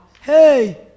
Hey